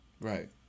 Right